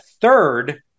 third